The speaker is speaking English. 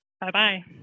Bye-bye